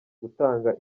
gutanga